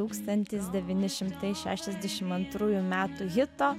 tūkstantis devyni šimtai šešiasdešim antrųjų metų hito